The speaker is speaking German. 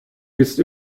bist